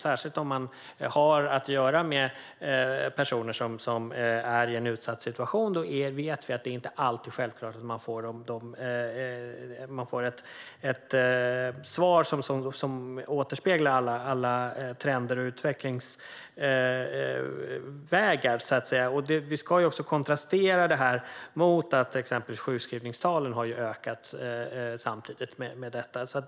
Särskilt om man har att göra med personer som är i en utsatt situation vet vi att det inte alltid är självklart att man får svar som återspeglar alla trender och utvecklingsvägar, så att säga. Vi ska också kontrastera detta mot exempelvis att sjukskrivningstalen samtidigt har ökat över tid.